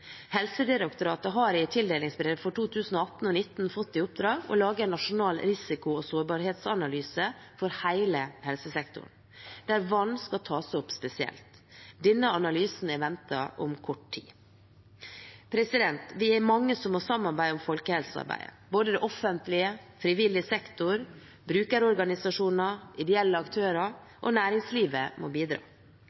Helsedirektoratet har i tildelingsbrevet for 2018 og 2019 fått i oppdrag å lage en nasjonal risiko- og sårbarhetsanalyse for hele helsesektoren, der vann skal tas opp spesielt. Denne analysen er ventet om kort tid. Vi er mange som må samarbeide om folkehelsearbeidet: Både det offentlige, frivillig sektor, brukerorganisasjoner, ideelle aktører